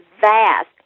vast